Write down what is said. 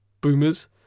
boomers